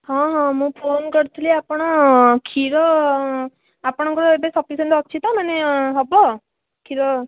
ହଁ ହଁ ମୁଁ ଫୋନ୍ କରିଥିଲି ଆପଣ ଖିର ଆପଣଙ୍କ ଏବେ ସଫିସେଣ୍ଟ ଅଛି ତ ମାନେ ହବ ଖିର